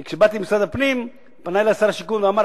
כי כשבאתי למשרד הפנים פנה אלי שר השיכון ואמר,